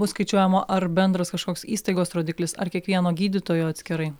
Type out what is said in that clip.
bus skaičiuojama ar bendras kažkoks įstaigos rodiklis ar kiekvieno gydytojo atskirai